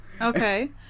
Okay